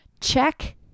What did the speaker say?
check